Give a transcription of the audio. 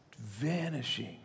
vanishing